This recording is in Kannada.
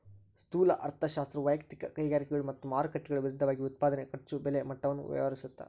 ಸ್ಥೂಲ ಅರ್ಥಶಾಸ್ತ್ರವು ವಯಕ್ತಿಕ ಕೈಗಾರಿಕೆಗಳು ಮತ್ತ ಮಾರುಕಟ್ಟೆಗಳ ವಿರುದ್ಧವಾಗಿ ಉತ್ಪಾದನೆ ಖರ್ಚು ಬೆಲೆ ಮಟ್ಟವನ್ನ ವ್ಯವಹರಿಸುತ್ತ